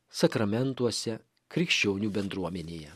sakramentuose krikščionių bendruomenėje